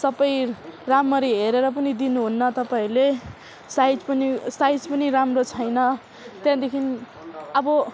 सबै रामरी हेरेर पनि दिनुहुन्न तपाईँहरूले साइज पनि साइज पनि राम्रो छैन त्यहाँदेखि अब